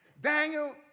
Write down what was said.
Daniel